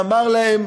שאמר להם: